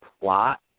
plot